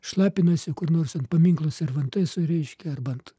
šlapinasi kur nors ant paminklo servantesui reiškia arba ant